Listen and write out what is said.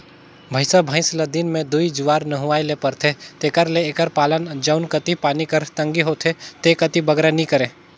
भंइसा भंइस ल दिन में दूई जुवार नहुवाए ले परथे तेकर ले एकर पालन जउन कती पानी कर तंगी होथे ते कती बगरा नी करें